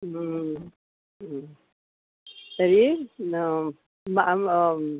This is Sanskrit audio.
तर्हि मां